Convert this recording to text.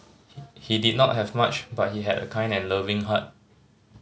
he he did not have much but he had a kind and loving heart